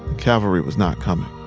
cavalry was not coming